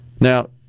Now